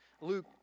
Luke